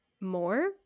more